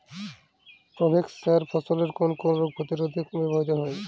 Provex সার ফসলের কোন কোন রোগ প্রতিরোধে ব্যবহৃত হয়?